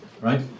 right